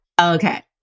Okay